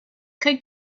could